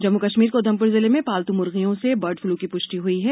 जम्मू कश्मीर के उधमपुर जिले में पालतू मुर्गियों में बर्ड फ्लू की पुष्टि हुई है